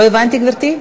לא הבנתי, גברתי.